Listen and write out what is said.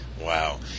Wow